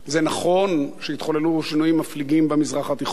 נכון שהתחוללו שינויים מפליגים במזרח התיכון,